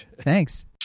Thanks